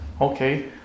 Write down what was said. Okay